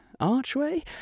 archway